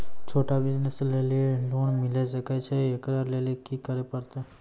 छोटा बिज़नस लेली लोन मिले सकय छै? एकरा लेली की करै परतै